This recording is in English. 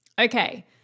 Okay